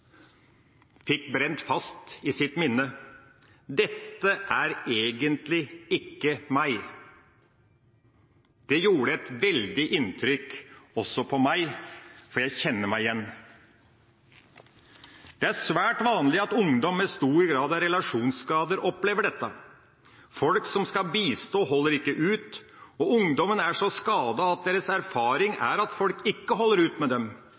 fikk brent fast i sitt minne: «Dette er egentlig ikke meg.» Det gjorde et veldig inntrykk også på meg, for jeg kjenner meg igjen. Det er svært vanlig at ungdom med stor grad av relasjonsskader opplever dette. Folk som skal bistå, holder ikke ut. Ungdommen er så skadet at deres erfaring er at folk ikke holder ut med dem,